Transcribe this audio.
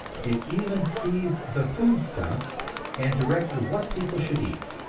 it even seized the foodstuffs and directed what people should eat.